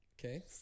Okay